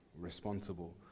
responsible